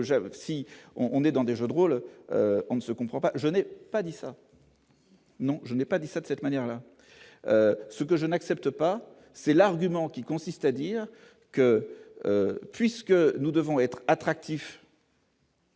si on est dans des jeux de rôle, on ne se comprend pas, je n'ai pas dit ça, non, je n'ai pas dit ça, de cette manière-là, ce que je n'accepte pas, c'est l'argument qui consiste à dire que puisque nous devons être attractifs.